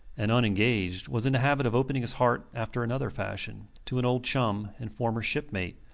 and unengaged, was in the habit of opening his heart after another fashion to an old chum and former shipmate,